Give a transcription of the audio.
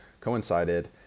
coincided